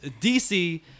DC